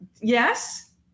yes